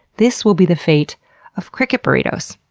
this will be the fate of cricket burritos.